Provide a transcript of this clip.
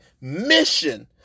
mission